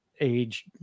age